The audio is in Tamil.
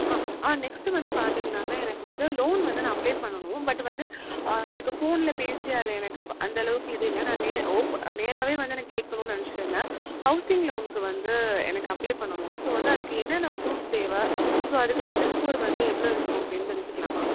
ஆ ஆ நெக்ஸ்ட்டு வந்து பார்த்திங்கன்னாக்க எனக்கு வந்து லோன் வந்து நான் அப்ளே பண்ணணும் பட் வந்து எனக்கு ஃபோனில் பேசி அது எனக்கு க அந்த அளவுக்கு இது இல்லை நான் நேர் ஓப்பு நேராகவே வந்து எனக்கு கேட்கணும்னு நினைச்சுருந்தேன் ஹவுஸிங் லோனுக்கு வந்து எனக்கு அப்ளே பண்ணணும் ஸோ வந்து அதுக்கு என்னென்ன ப்ரூஃப் தேவை ஸோ அதுக்கு சிபில் ஸ்கோர் வந்து எவ்வளோ இருக்கணும் அப்படின்னு தெரிஞ்சுக்கலாமா